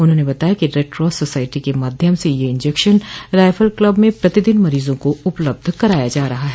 उन्होंने बताया कि रेडक्रास सोसाइटी के माध्यम से यह इंजेक्शन रायफल क्लब में प्रतिदिन मरीजों को उपलब्ध कराया जा रहा है